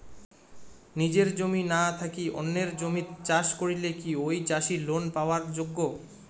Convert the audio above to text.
নিজের জমি না থাকি অন্যের জমিত চাষ করিলে কি ঐ চাষী লোন পাবার যোগ্য?